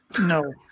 No